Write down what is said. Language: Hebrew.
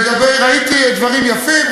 ראיתי דברים יפים,